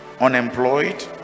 unemployed